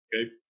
okay